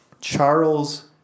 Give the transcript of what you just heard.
Charles